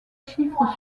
chiffres